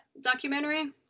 documentary